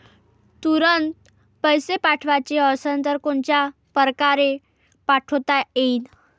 तुरंत पैसे पाठवाचे असन तर कोनच्या परकारे पाठोता येईन?